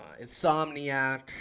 Insomniac